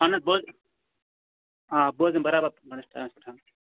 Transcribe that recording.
اہن حظ بہٕ حظ آ بہٕ حظ یِم برابر پنٛنِس ٹایمَس پٮ۪ٹھ